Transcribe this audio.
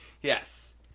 yes